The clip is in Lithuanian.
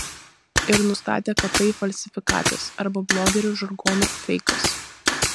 ir nustatė kad tai falsifikatas arba blogerių žargonu feikas